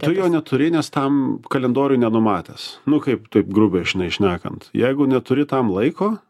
tu jo neturi nes tam kalendoriuj nenumatęs nu kaip taip grubiai žinai šnekant jeigu neturi tam laiko